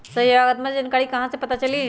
सहयोगात्मक जानकारी कहा से पता चली?